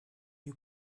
you